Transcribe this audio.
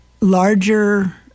larger